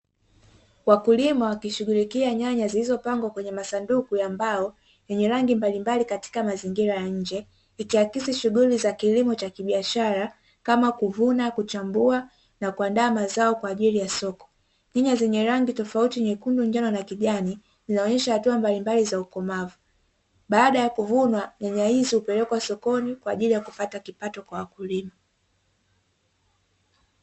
Wakulima wakishughulikia nyanya zilizopangwa kwenye masanduku ya mbao yenye rangi mbalimbali katika mazingira ya nje, ikiakisi shughuli za kilimo cha kibiashara kama: kuvuna, kuchambua na kuandaa mazao kwa ajili ya soko. Nyanya zenye rangi tofauti: nyekundu, njano na kijani; zinaonyesha hatua mbalimbali za ukomavu. Baada ya kuvunwa nyanya hizi hupelekwa sokoni kwa ajili ya kupata kipato kwa wakulima.